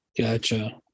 Gotcha